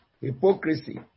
hypocrisy